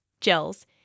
gels